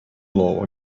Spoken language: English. law